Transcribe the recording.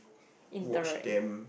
interact